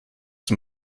zum